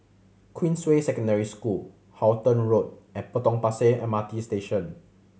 Queensway Secondary School Halton Road and Potong Pasir M R T Station